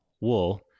wool